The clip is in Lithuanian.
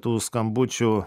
tų skambučių